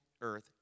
earth